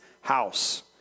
house